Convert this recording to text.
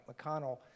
McConnell